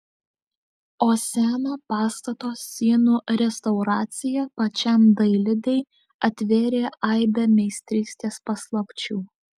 o seno pastato sienų restauracija pačiam dailidei atvėrė aibę meistrystės paslapčių